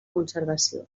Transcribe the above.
conservació